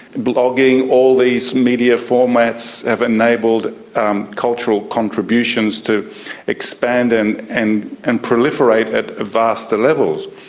blogging, all these media formats have enabled um cultural contributions to expand and and and proliferate at vaster levels.